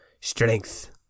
strength